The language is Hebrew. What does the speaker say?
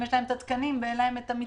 אבל אם יש להם התקנים ואין להם המתקנים,